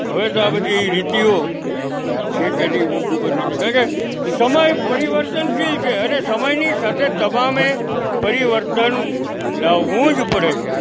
હવે તો આ બધી રીતિઓ છે કે નહીં બહુ ખબર નથી કારણકે સમય પરિવર્તનશીલ છે અને સમયની સાથે તમામેં પરિવર્તન લાવવું જ પડે છે